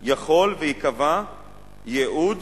יכול שייקבע ייעוד